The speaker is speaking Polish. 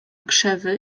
krzewy